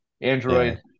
Android